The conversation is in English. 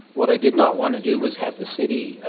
what i did not want to do was have the city